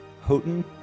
Houghton